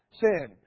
sin